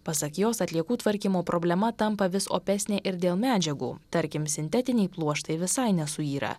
pasak jos atliekų tvarkymo problema tampa vis opesnė ir dėl medžiagų tarkim sintetiniai pluoštai visai nesuyra